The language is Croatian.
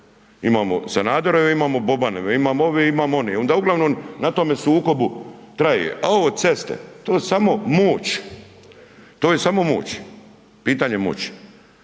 Imamo Sanaderove, imamo Bobanove, imamo ove, imamo one i onda uglavnom na tome sukobu traje a ovo ceste, to je samo moć, to je samo moć, pitanje moći.